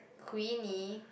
Queenie